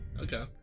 okay